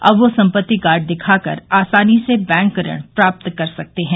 अब वे सम्पत्ति कार्ड दिखा कर आसानी से बैंक ऋण प्राप्त कर सकते हैं